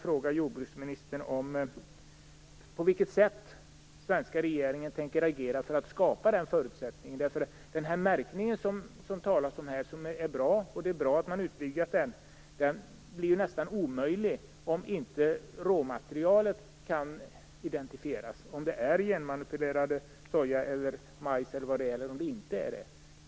På vilket sätt tänker den svenska regeringen agera för att skapa den förutsättningen? Det talas här om en märkning, och den är bra och det är bra att man har utvidgat den, men märkningen blir ju nästan omöjlig om inte råmaterialet kan identifieras, så att man kan avgöra om det är t.ex. genmanipulerad soja eller majs eller inte.